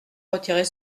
retirer